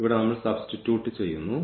ഇവിടെ നമ്മൾ സബ്സ്ടിട്യൂറ്റ് ചെയ്യുന്നു